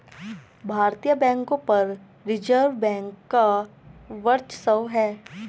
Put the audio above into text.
भारतीय बैंकों पर रिजर्व बैंक का वर्चस्व है